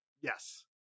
Yes